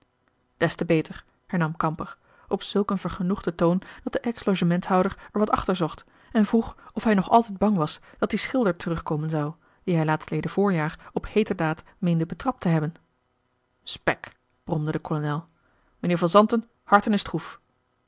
des te beter hernam kamper op zulk een verge noegden toon dat de ex logementhouder er wat achter zocht en vroeg of hij nog altijd bang was dat die schilder terug komen zou dien hij laatsleden voorjaar op heeterdaad meende betrapt te hebben spek bromde de kolonel meneer van zanten harten is troef